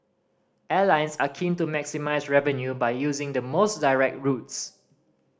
airlines are keen to maximise revenue by using the most direct routes